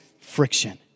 friction